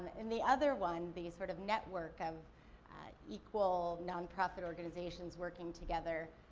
and, the other one, the sort of network of equal non-profit organizations working together,